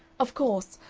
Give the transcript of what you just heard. of course,